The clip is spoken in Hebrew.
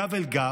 גב אל גב,